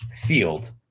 Field